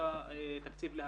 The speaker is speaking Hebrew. שהוקצה תקציב להקמה.